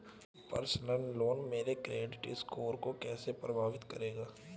Personal loan मेरे credit score को कैसे प्रभावित करेगा?